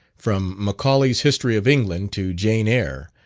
from macaulay's history of england to jane eyre,